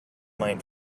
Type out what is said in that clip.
might